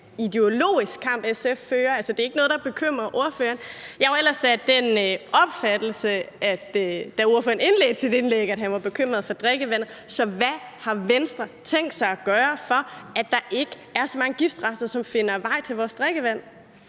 ideologisk kamp, SF fører, og at det altså ikke er noget, der bekymrer ordføreren? Jeg var ellers af den opfattelse, da ordføreren indledte sit indlæg, at han var bekymret for drikkevandet. Så hvad har Venstre tænkt sig at gøre for, at der ikke er så mange giftrester, som finder vej til vores drikkevand?